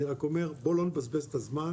אני רק אומר: בוא לא נבזבז את הזמן